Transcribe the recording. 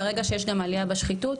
ברגע שיש גם עלייה בשחיתות,